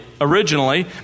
originally